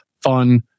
fun